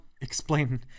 explain